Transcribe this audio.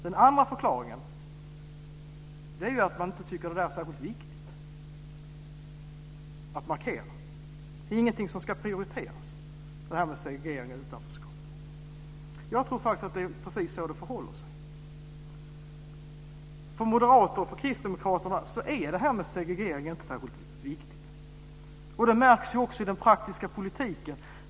Den andra förklaringen är att man inte tycker att detta är särskilt viktigt. Segregering och utanförskap är inte något som ska prioriteras. Jag tror faktiskt att det är precis så det förhåller sig. För Moderaterna och Kristdemokraterna är frågan om segregering inte särskilt viktig. Det märks också i den praktiska politiken.